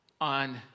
on